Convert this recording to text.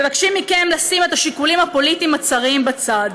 מבקשים מכם לשים את השיקולים הפוליטיים הצרים בצד.